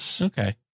Okay